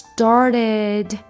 Started，